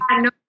no